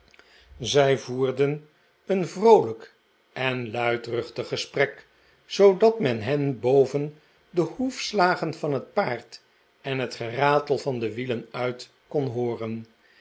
zij voerden een vroolijk en luidruchtig gesprek zoodat men hen boven de hoefslagen van het paard en het geratel van de wielen uit kon hooren